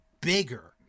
bigger